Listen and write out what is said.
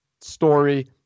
story